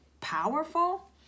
powerful